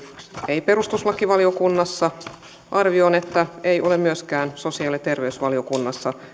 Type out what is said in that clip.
ei perustuslakivaliokunnassa ja arvioin että ei ole myöskään sosiaali ja terveysvaliokunnassa